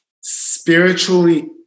spiritually